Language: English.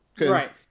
Right